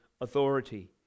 authority